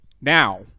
Now